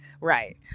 Right